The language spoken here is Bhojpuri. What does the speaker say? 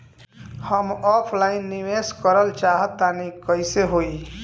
हम ऑफलाइन निवेस करलऽ चाह तनि कइसे होई?